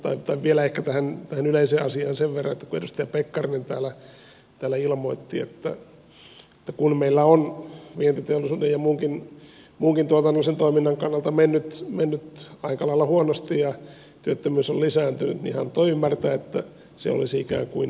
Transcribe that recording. tai vielä ehkä tähän yleiseen asiaan sen verran kun edustaja pekkarinen täällä antoi ymmärtää että kun meillä on vientiteollisuuden ja muunkin tuotannollisen toiminnan kannalta mennyt aika lailla huonosti ja työttömyys on lisääntynyt niin se olisi ikään kuin hallituksen syy